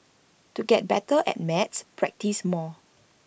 to get better at maths practise more